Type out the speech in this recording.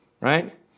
right